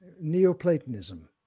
Neoplatonism